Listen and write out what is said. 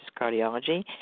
Cardiology